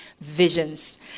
visions